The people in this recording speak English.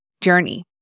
journey